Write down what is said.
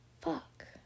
Fuck